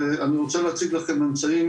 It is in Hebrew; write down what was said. ואני רוצה להציג לכם ממצאים,